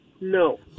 No